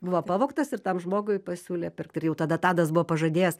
buvo pavogtas ir tam žmogui pasiūlė pirkti ir jau tada tadas buvo pažadėjęs